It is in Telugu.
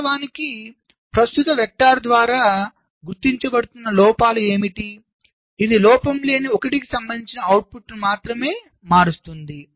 వాస్తవానికి ప్రస్తుత వెక్టర్ ద్వారా గుర్తించబడుతున్న లోపాలు ఏమిటిఇది లోపం లేని 1 కు సంబంధించిన అవుట్పుట్ను మాత్రమే మారుస్తుంది